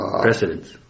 Precedents